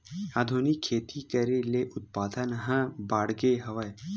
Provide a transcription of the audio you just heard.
आधुनिक खेती करे ले उत्पादन ह बाड़गे हवय